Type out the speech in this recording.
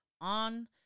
on